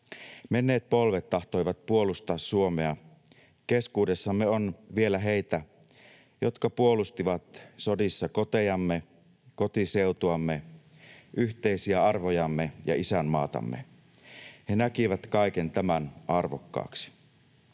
Menneet polvet tahtoivat puolustaa Suomea. Keskuudessamme on vielä heitä, jotka puolustivat sodissa kotejamme, kotiseutuamme, yhteisiä arvojamme ja isänmaatamme. He näkivät kaiken tämän arvokkaaksi.